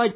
H